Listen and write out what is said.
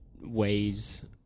ways